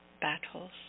battles